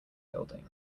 building